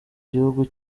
gihugu